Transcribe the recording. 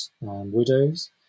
Widows